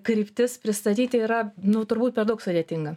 kryptis pristatyti yra nu turbūt per daug sudėtinga